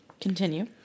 Continue